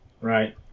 right